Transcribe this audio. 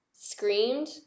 screamed